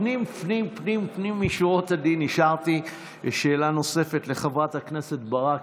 לפנים פנים פנים משורת הדין אישרתי שאלה נוספת לחברת הכנסת ברק.